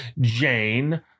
Jane